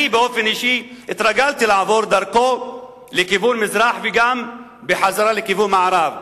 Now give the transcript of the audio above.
אני באופן אישי התרגלתי לעבור דרכו לכיוון מזרח וגם בחזרה לכיוון מערב.